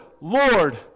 Lord